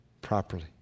Properly